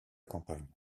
campagne